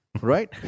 Right